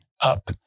up